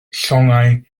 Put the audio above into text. llongau